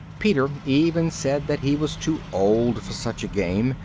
peter even said that he was too old for such a game,